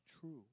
true